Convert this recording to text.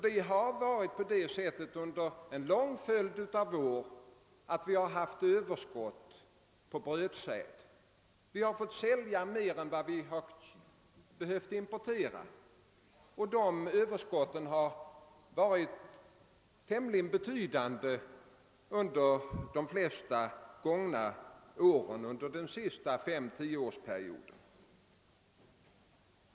Det har nämligen under en lång följd av år varit på det sättet att vi haft överskott på brödsäd; vi har fått sälja mer än vi har behövt importera. Detta överskott har varit tämligen betydande de flesta år under den senaste fem—tioårsperioden.